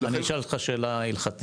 אני אשאל אותך שאלה הלכתית,